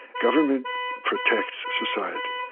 government protects society.